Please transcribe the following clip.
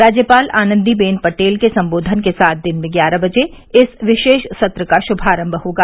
राज्यपाल आनंदीबेन पटेल के संबोधन के साथ दिन में ग्यारह बजे इस विशेष सत्र का श्मारम होगा